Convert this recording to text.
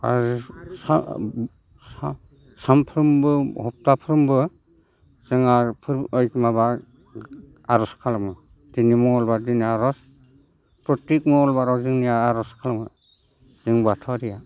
आरो सामफ्रोमबो सप्ताफ्रोमबो जोङो ओइ माबा आर'ज खालामो दिनै मंगलबार दिनै आर'ज प्रतिक मंगलबाराव जोंनिया आर'ज खालामो जों बाथौआरिया